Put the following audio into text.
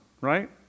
Right